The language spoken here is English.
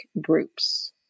groups